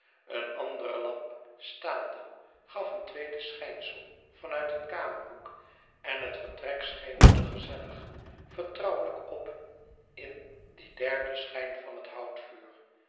een andere lamp staande gaf een tweede schijnsel van uit een kamerhoek en het vertrek schemerde gezellig vertrouwelijk op in dien derden schijn van het houtvuur